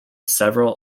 several